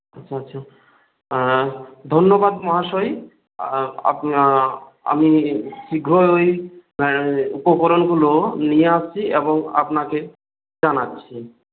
ধন্যবাদ মহাশয় আমি শীঘ্রই ওই উপকরণগুলো নিয়ে আসছি এবং আপনাকে জানাচ্ছি